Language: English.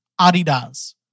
Adidas